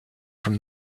from